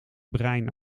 brein